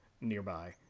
nearby